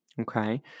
Okay